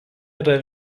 yra